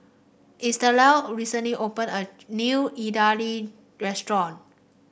Estella recently opened a new Idili restaurant